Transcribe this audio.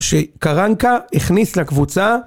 שקרנקה הכניס לקבוצה